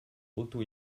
auto